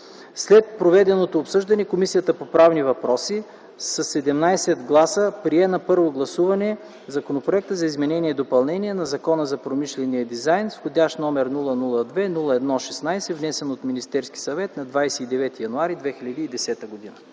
След проведеното обсъждане Комисията по правни въпроси със 17 гласа прие на първо гласуване Законопроекта за изменение и допълнение на Закона за промишления дизайн с вх. № 002-01-16, внесен от Министерския съвет на 29.01.2010 г.”